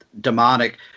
demonic